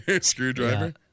screwdriver